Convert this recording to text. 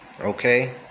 Okay